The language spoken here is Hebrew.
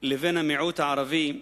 למיעוט היהודי,